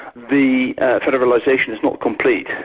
the federalisation is not complete,